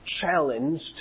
challenged